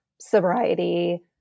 sobriety